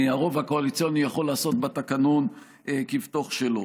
הרוב הקואליציוני יכול לעשות בתקנון כבתוך שלו.